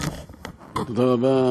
תודה רבה,